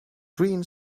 green